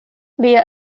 lia